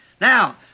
Now